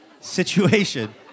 situation